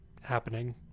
happening